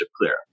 clear